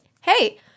hey